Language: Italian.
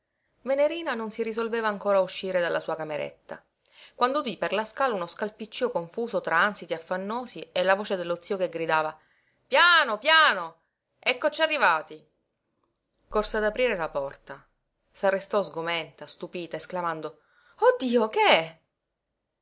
venerina non si risolveva ancora a uscire dalla sua cameretta quando udí per la scala uno scalpiccío confuso tra ànsiti affannosi e la voce dello zio che gridava piano piano eccoci arrivati corse ad aprire la porta s'arrestò sgomenta stupita esclamando oh dio che